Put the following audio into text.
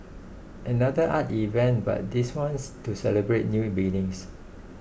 another art event but this one's to celebrate new beginnings